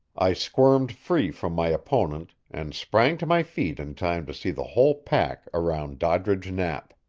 i squirmed free from my opponent, and sprang to my feet in time to see the whole pack around doddridge knapp.